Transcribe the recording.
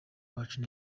wacu